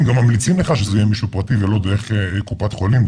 וממליצים לך שזה יהיה מישהו פרטי ולא דרך קופת חולים,